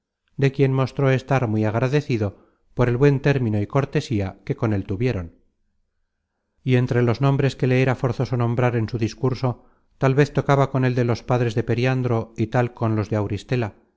de quien mostró estar muy agradecido por el buen término y cortesía que con él tuvieron y entre los nombres que le era forzoso nombrar en su discurso tal vez tocaba con el de los padres de periandro y tal con los de auristela